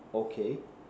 okay